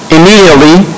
Immediately